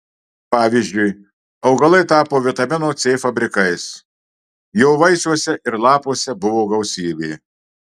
pavyzdžiui augalai tapo vitamino c fabrikais jo vaisiuose ir lapuose buvo gausybė